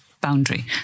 boundary